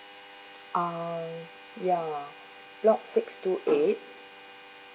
uh ya block six two eight